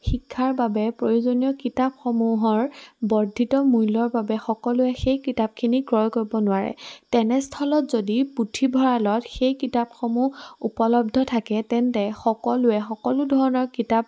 শিক্ষাৰ বাবে প্ৰয়োজনীয় কিতাপসমূহৰ বৰ্ধিত মূল্যৰ বাবে সকলোৱে সেই কিতাপখিনি ক্ৰয় কৰিব নোৱাৰে তেনেস্থলত যদি পুথিভঁৰালত সেই কিতাপসমূহ উপলব্ধ থাকে তেন্তে সকলোৱে সকলো ধৰণৰ কিতাপ